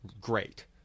great